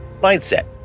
mindset